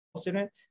student